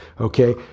okay